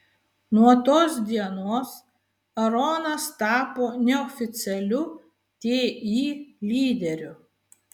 nuo tos dienos aronas tapo neoficialiu ti lyderiu